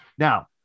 Now